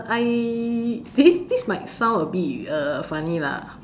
I this this might sound a bit uh funny lah